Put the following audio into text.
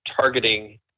targeting